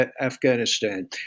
Afghanistan